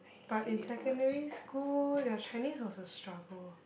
but in secondary school ya Chinese was a struggle